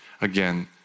again